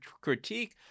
critique